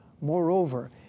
Moreover